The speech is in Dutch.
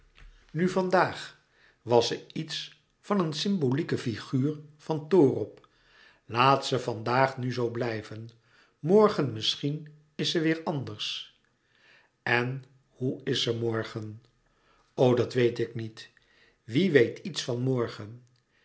nu vandaag was ze iets van een symbolieke figuur van toorop laat ze vandaag nu zoo blijven morgen misschien is ze weêr anders en hoe is ze morgen o dat weet ik niet wie weet iets van morgen